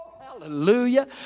hallelujah